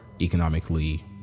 economically